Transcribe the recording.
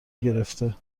گرفته